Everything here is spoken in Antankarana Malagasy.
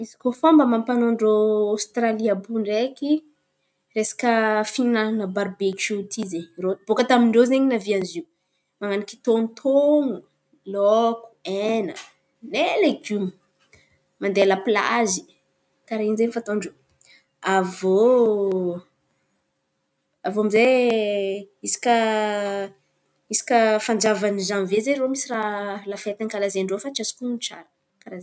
Izy koa fomba amam-panaon-drô Ostralia àby iô ndraiky, resaka fin̈anana barbekio ty ze. Baka tamin-drô ze nan̈ano izy io, tonotono, laoko, hena ndray legimo. Mandeha a la plazy karàha zen̈y fataon-drô. Avô avô aminjay isaka fanjavan’ny zanvie zen̈y irô misy raha la fety ankalazan-drô ze rô. Fa tsy azok’on̈o tsara, ia karà ze rô.